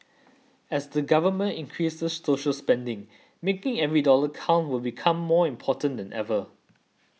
as the government increases social spending making every dollar count will become more important than ever